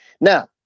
Now